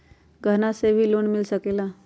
गहना से भी लोने मिल सकेला?